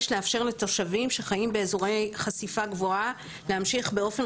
לאפשר לתושבים שחיים באזורי חשיפה גבוהה להמשיך באופן